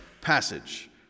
Passage